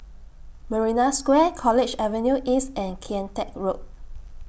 Marina Square College Avenue East and Kian Teck Road